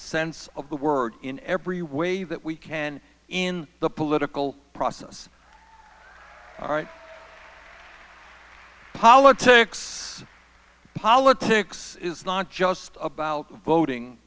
sense of the word in every way that we can in the political process all right politics politics is not just about voting